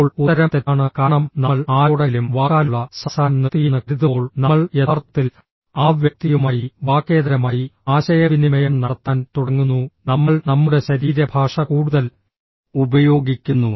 ഇപ്പോൾ ഉത്തരം തെറ്റാണ് കാരണം നമ്മൾ ആരോടെങ്കിലും വാക്കാലുള്ള സംസാരം നിർത്തിയെന്ന് കരുതുമ്പോൾ നമ്മൾ യഥാർത്ഥത്തിൽ ആ വ്യക്തിയുമായി വാക്കേതരമായി ആശയവിനിമയം നടത്താൻ തുടങ്ങുന്നു നമ്മൾ നമ്മുടെ ശരീരഭാഷ കൂടുതൽ ഉപയോഗിക്കുന്നു